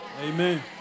Amen